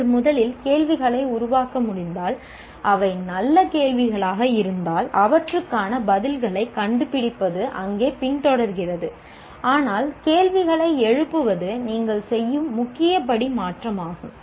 நீங்கள் முதலில் கேள்விகளை உருவாக்க முடிந்தால் அவை நல்ல கேள்விகளாக இருந்தால் அவற்றுக்கான பதில்களைக் கண்டுபிடிப்பது அங்கே பின்தொடர்கிறது ஆனால் கேள்விகளை எழுப்புவது நீங்கள் செய்யும் முக்கிய படி மாற்றமாகும்